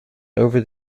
over